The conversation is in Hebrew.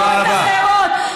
דעות אחרות.